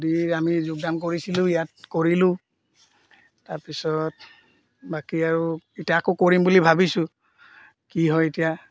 সুধি আমি যোগদাম কৰিছিলোঁ ইয়াত কৰিলোঁ তাৰপিছত বাকী আৰু এতিয়া আকৌ কৰিম বুলি ভাবিছোঁ কি হয় এতিয়া